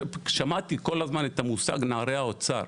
שמעתי כל הזמן את המושג "נערי האוצר".